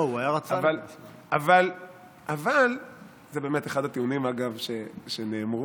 לא, הוא היה, זה באמת אחד הטיעונים, אגב, שנאמרו